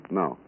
no